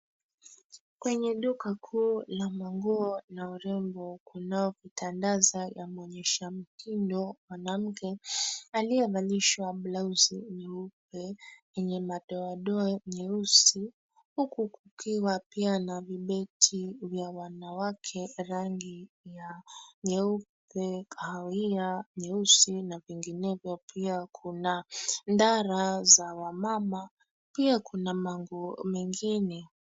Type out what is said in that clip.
Kwenye duka kuu la manguo la urembo kunao kutandaza ya mwonyesha mtindo mwanamke aliyevalishwa blauzi nyeupe yenye madoadoa nyeusi, uku kukiwa pia na vibeti vya wanawake rangi ya nyeupe, kahawia, nyeusi na pingine pia kuna ndara za wamama. Pia kuna manguo mengine.